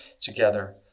together